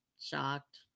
shocked